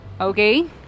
okay